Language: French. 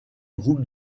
groupe